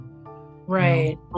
Right